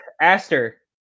Aster